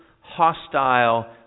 hostile